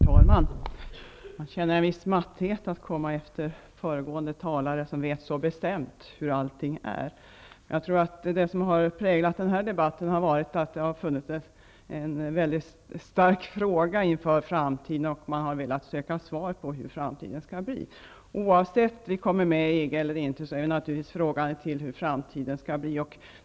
Herr talman! Jag känner en viss matthet inför att komma efter föregående talare, som vet så bestämt hur allting är. Det som har präglat den här debatten har varit att det funnits en mycket stark undran inför framtiden. Man har velat söka svar på hur framtiden skall bli. Frågan är naturligtvis hur framtiden skall bli, oavsett om vi kommer med i EG eller inte.